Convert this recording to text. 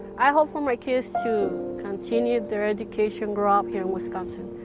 i hope for my kids to continue their education, grow up here in wisconsin.